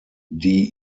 die